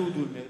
אהוד אולמרט,